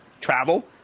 travel